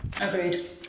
Agreed